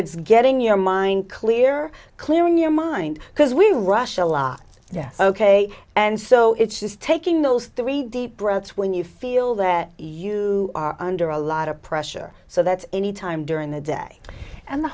it's getting your mind clear clear in your mind because we rush a lot yes ok and so it's just taking those three deep breaths when you feel that you are under a lot of pressure so that anytime during the day and the